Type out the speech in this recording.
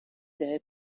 دهه